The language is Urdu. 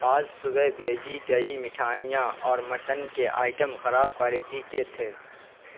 آج صبح بھیجی گئی مٹھائیاں اور مٹن کے آئٹم خراب کوالٹی کے تھے